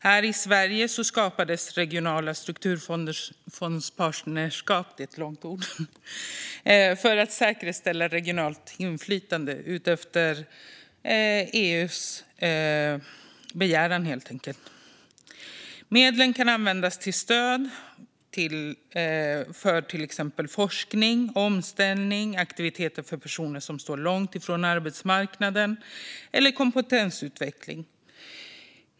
Här i Sverige skapades regionala strukturfondspartnerskap - det är ett långt ord - för att säkerställa regionalt inflytande utifrån EU:s begäran. Medlen kan användas till stöd till exempelvis forskning, omställning, aktiviteter för personer som står långt från arbetsmarknaden eller kompetensutveckling.